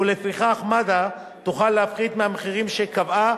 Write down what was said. ולפיכך מד"א תוכל להפחית מהמחירים שקבעה,